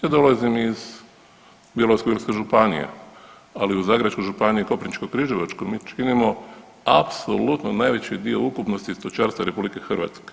Ja dolazim iz Bjelovarsko-bilogorske županije, ali u Zagrebačkoj županiji, Koprivničko-križevačkoj, mi činimo apsolutno najveći dio ukupnosti stočarstva RH.